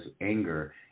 anger